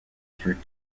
through